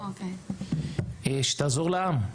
שתעזור לעם,